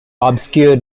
obscure